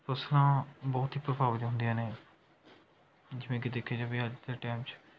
ਫ਼ਸਲਾਂ ਬਹੁਤ ਹੀ ਪ੍ਰਭਾਵਿਤ ਹੁੰਦੀਆਂ ਨੇ ਜਿਵੇਂ ਕਿ ਦੇਖਿਆ ਜਾਵੇ ਅੱਜ ਦੇ ਟਾਈਮ 'ਚ